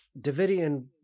Davidian